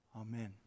Amen